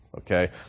okay